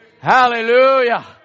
Hallelujah